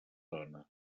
dones